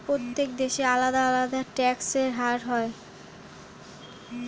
প্রত্যেক দেশে আলাদা আলাদা ট্যাক্স হার হয়